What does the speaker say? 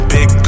Big